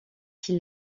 qui